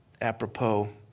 apropos